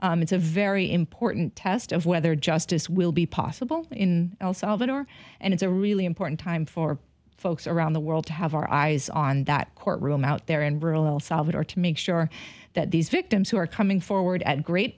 it it's a very important test of whether justice will be possible in el salvador and it's a really important time for folks around the world to have our eyes on that courtroom out there in rural salvador to make sure that these victims who are coming forward at great